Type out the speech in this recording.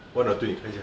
one or two 你看一下